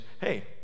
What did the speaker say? hey